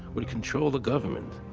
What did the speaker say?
will control the government.